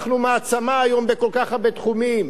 אנחנו מעצמה היום בכל כך הרבה תחומים,